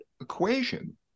equation